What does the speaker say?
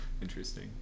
Interesting